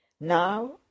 Now